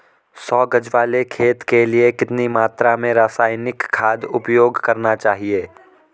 सौ गज वाले खेत के लिए कितनी मात्रा में रासायनिक खाद उपयोग करना चाहिए?